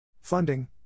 Funding